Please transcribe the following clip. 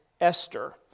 Esther